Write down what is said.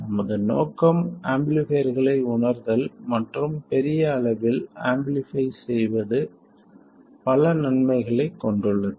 நமது நோக்கம் ஆம்பிளிஃபைர்களை உணர்தல் மற்றும் பெரிய அளவில் ஆம்பிளிஃபை செய்வது பல நன்மைகளைக் கொண்டுள்ளது